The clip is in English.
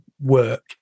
work